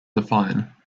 define